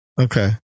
Okay